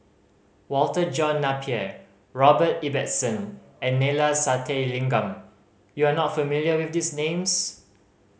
Walter John Napier Robert Ibbetson and Neila Sathyalingam you are not familiar with these names